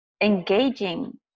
engaging